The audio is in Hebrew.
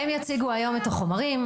הם יציגו היום את החומרים.